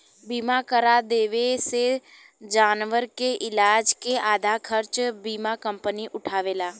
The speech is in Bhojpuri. बीमा करा देवे से जानवर के इलाज के आधा खर्चा बीमा कंपनी उठावेला